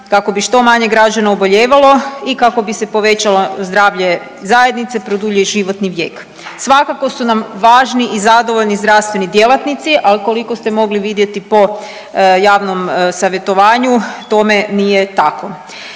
kako bi što manje građana obolijevalo i kako bi se povećalo zdravlje zajednice, produljio životni vijek. Svakako su nam važni i zadovoljni zdravstveni djelatnici, ali koliko ste mogli vidjeti po javnom savjetovanju tome nije tako.